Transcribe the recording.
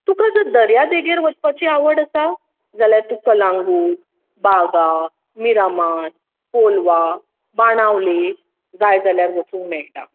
तुका जर दर्या देगार वचपाची आवड आसा जाल्यार तूं कलांगूट बागा मिरामार कोल्वा बाणावले जाय जल्यार वचूंक मेळटा